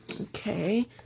Okay